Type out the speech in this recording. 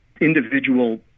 individual